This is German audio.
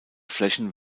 flächen